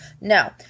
No